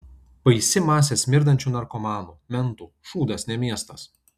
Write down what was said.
baisi masė smirdančių narkomanų mentų šūdas ne miestas